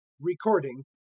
Recording